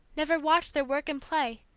never watched their work and play,